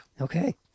Okay